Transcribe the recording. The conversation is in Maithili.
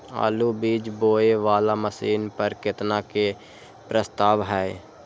आलु बीज बोये वाला मशीन पर केतना के प्रस्ताव हय?